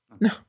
No